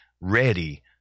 ready